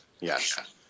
yes